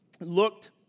looked